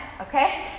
okay